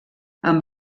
amb